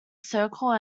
circle